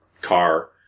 car